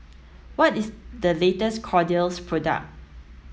what is the latest Kordel's product